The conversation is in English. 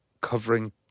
covering